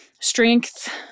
strength